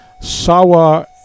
sawa